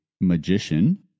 magician